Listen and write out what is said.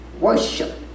worship